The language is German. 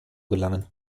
gelangen